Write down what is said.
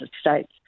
States